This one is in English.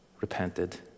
repented